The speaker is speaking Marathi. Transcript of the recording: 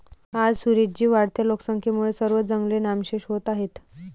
आज सुरेश जी, वाढत्या लोकसंख्येमुळे सर्व जंगले नामशेष होत आहेत